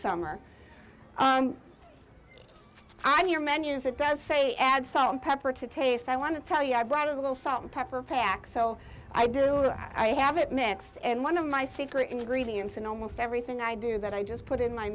summer i'm your menus it does say add salt and pepper to taste i want to tell you i brought a little salt and pepper packs so i do i have it mixed and one of my secret ingredients in almost everything i do that i just put in my